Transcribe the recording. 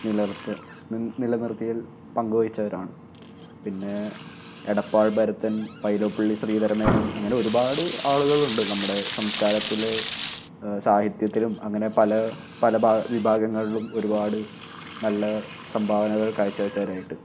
നിലര്ത്ത് നി നിലനിര്ത്തിയേല് പങ്കുവഹിച്ചവരാണ് പിന്നേ എടപ്പാട് ഭരതന് വൈലോപ്പിള്ളി ശ്രീധരമേനോന് അങ്ങനെ ഒരുപാട് ആളുകളുണ്ട് നമ്മുടെ സംസ്കാരത്തിലെ സാഹിത്യത്തിലും അങ്ങനെ പല പല ഭാഗ വിഭാഗങ്ങളിലും ഒരുപാട് നല്ല സംഭാവനകള് കാഴ്ചവെച്ചവരായിട്ട്